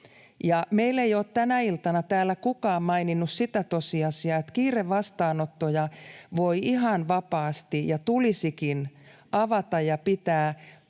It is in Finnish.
Meillä ei ole tänä iltana täällä kukaan maininnut sitä tosiasiaa, että kiirevastaanottoja voi — ja tulisikin — ihan